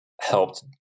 helped